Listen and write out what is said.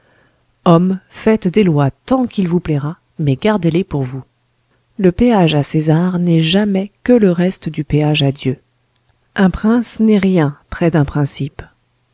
hommes faites des lois tant qu'il vous plaira mais gardez-les pour vous le péage à césar n'est jamais que le reste du péage à dieu un prince n'est rien près d'un principe